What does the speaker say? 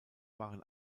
waren